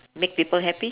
make people happy